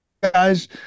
guys